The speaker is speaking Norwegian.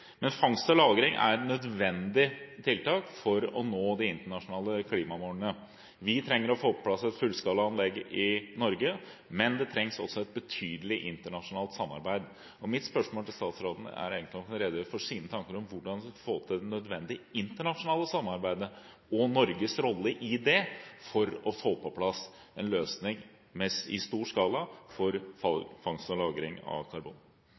plass et fullskala anlegg i Norge, men det trengs også et betydelig internasjonalt samarbeid. Mitt spørsmål til statsråden er egentlig om han kan redegjøre for sine tanker om hvordan man skal få til det nødvendige internasjonale samarbeidet, og Norges rolle i det, for å få på plass en løsning i stor skala for fangst og lagring av karbon.